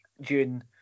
June